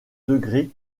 degré